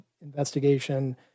investigation